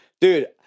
Dude